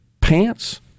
pants